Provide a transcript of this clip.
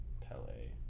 Pele